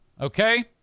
Okay